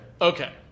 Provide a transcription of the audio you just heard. okay